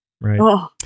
Right